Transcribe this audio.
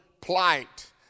plight